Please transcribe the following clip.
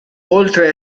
oltre